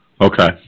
Okay